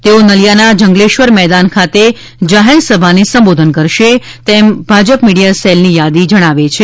તેઓ નલિયાના જંગલેશ્વર મેદાન ખાતે જાહેર સભાને સંબોધન કરશે તેમ ભાજપ મીડિયા સેલની યાદી જણાવે છે